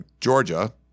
Georgia